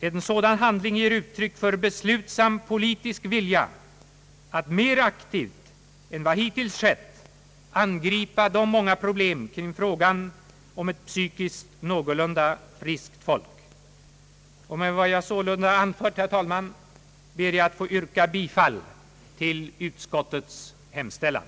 Även en sådan handling ger uttryck för beslutsam politisk vilja att mer aktivt än vad som hittills skett angripa de många problemen kring frågan om ett någorlunda psykiskt friskt folk. Med vad jag sålunda anfört, herr talman, ber jag att få yrka bifall till utskottets hemställan.